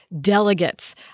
delegates